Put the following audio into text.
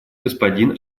господин